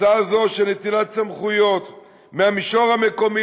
הצעה זו של נטילת סמכויות מהמישור המקומי